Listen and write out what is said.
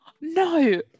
No